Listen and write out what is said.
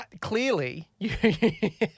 clearly